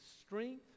strength